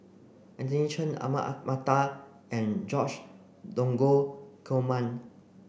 Anthony Chen Ahmad Mattar and George Dromgold Coleman